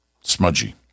smudgy